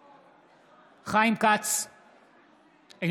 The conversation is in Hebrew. חיים כץ,